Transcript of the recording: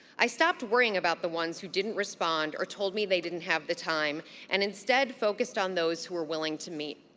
i stopped worrying about the ones who didn't respond or told me they didn't have the time and instead focused on those who were willing to meet.